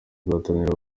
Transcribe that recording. gutangira